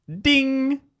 ding